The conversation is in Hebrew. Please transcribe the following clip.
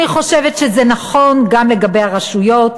אני חושבת שזה נכון גם לגבי הרשויות.